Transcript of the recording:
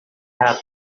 have